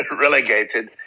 relegated